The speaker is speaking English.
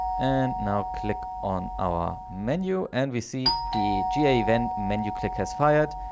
and now click on our menu, and we see the ga event menu, click has fired.